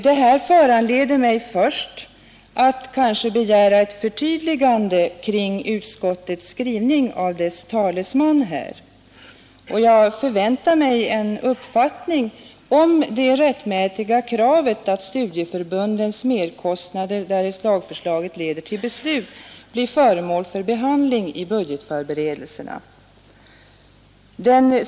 Detta föranleder mig att av utskottets talesman här begära ett förtydligande kring utskottets skrivning. Jag förväntar mig en uppfattning om det rättmätiga kravet att studieförbundens merkostnader, därest lagförslaget leder till beslut, blir föremål för behandling i budgetförberedelserna.